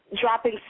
Dropping